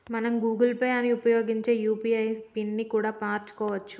మనం Google Pay ని ఉపయోగించి యూ.పీ.ఐ పిన్ ని కూడా మార్చుకోవచ్చు